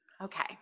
Okay